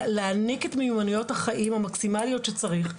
להעניק את מיומנויות החיים המקסימליות שצריך,